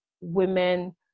women